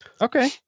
Okay